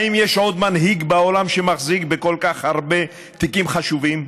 האם יש עוד מנהיג בעולם שמחזיק בכל כך הרבה תיקים חשובים?